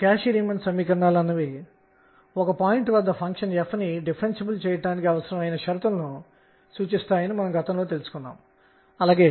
కాబట్టి మనము క్వాంటం సంఖ్యల ద్వారా అవకాశాన్ని చేర్చాము సరేనా